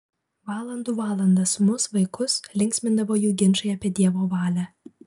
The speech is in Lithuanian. valandų valandas mus vaikus linksmindavo jų ginčai apie dievo valią